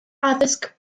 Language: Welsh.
addysg